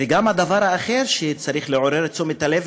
וגם הדבר האחר שצריך לעורר את תשומת הלב,